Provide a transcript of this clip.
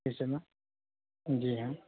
इस समय जी हाँ